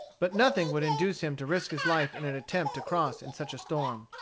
but nothing would induce him to risk his life in an attempt to cross in such a storm.